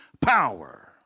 power